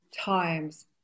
times